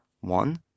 one